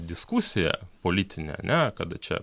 diskusija politinė ane kada čia